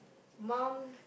mum